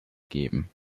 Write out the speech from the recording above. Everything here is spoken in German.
geben